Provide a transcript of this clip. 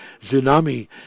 tsunami